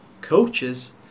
Coaches